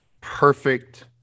perfect